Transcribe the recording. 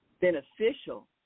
beneficial